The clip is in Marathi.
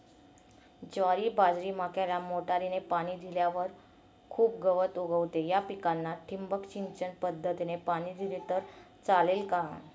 ज्वारी, बाजरी, मक्याला मोटरीने पाणी दिल्यावर खूप गवत उगवते, या पिकांना ठिबक सिंचन पद्धतीने पाणी दिले तर चालेल का?